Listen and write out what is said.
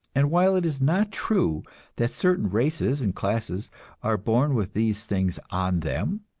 and while it is not true that certain races and classes are born with these things on them,